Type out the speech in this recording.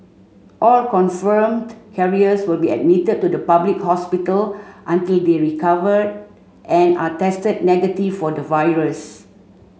all confirmed carriers will be admitted to a public hospital until they recover and are tested negative for the virus